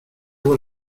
por